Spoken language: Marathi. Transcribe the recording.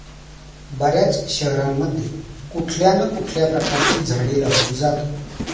बर्याच शहरांमध्ये कुठल्या ना कुठल्या प्रकारची झाडे लावली जातात